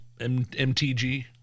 MTG